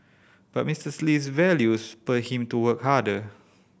but Misters Lee's values spurred him to work harder